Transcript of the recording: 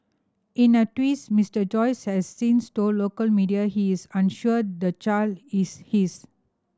in a twist Mister Joyce has since told local media he is unsure the child is his